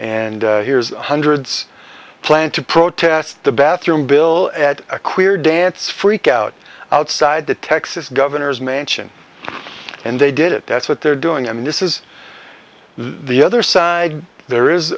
and here's hundreds planned to protest the bathroom bill at a queer dance freakout outside the texas governor's mansion and they did it that's what they're doing and this is the other side there is